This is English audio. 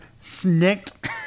snicked